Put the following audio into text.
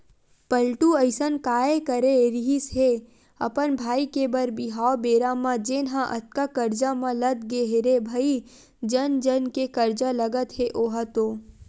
पलटू अइसन काय करे रिहिस हे अपन भाई के बर बिहाव बेरा म जेनहा अतका करजा म लद गे हे रे भई जन जन के करजा लगत हे ओहा तो